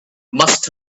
must